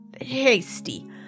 hasty